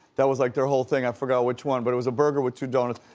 that was like their whole thing. i forgot which one, but it was a burger with two donuts.